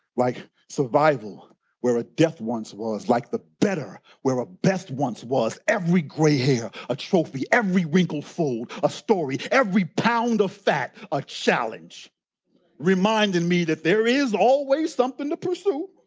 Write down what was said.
like survival where a death once was. like the better where a best once was. every grey hair, a trophy, every wrinkle fold, a story, every pound of fat, a challenge reminding me that there is always something to pursue,